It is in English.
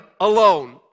alone